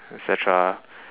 et cetera